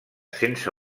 sense